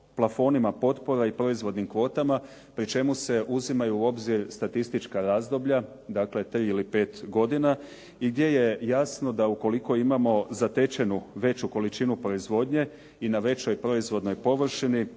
plafonima potpora i proizvodnim kvotama pri čemu se uzimaju u obzir statistička razdoblja, dakle, tri ili pet godina i gdje je jasno da ukoliko imamo zatečenu veću količinu proizvodnje i na većoj proizvodnoj površini